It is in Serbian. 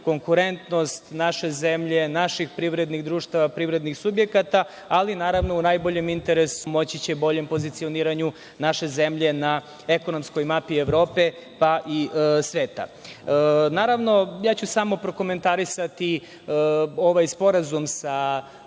konkurentnost naše zemlje, naših privrednih društava, privrednih subjekata, ali naravno u najboljem interesu građana Republike Srbije i pomoći će boljem pozicioniranju naše zemlje na ekonomskoj mapi Evrope, pa i sveta. Naravno, ja ću samo prokomentarisati ovaj sporazum sa